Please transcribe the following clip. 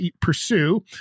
pursue